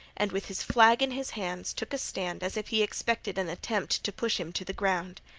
and with his flag in his hands took a stand as if he expected an attempt to push him to the ground.